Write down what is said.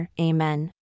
amen